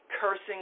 cursing